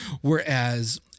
Whereas